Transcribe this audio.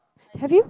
have you